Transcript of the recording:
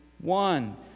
one